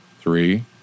three